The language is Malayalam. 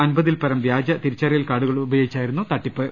അൻപതിൽപ്പരം വ്യാജ തിരിച്ചറിയൽ കാർഡുപയോ ഗിച്ചായിരുന്നു തട്ടിപ്പ്